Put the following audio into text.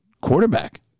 Quarterback